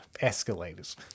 Escalators